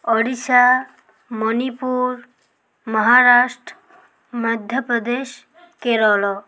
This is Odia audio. ଓଡ଼ିଶା ମଣିପୁର ମହାରାଷ୍ଟ୍ର ମଧ୍ୟପ୍ରଦେଶ କେରଳ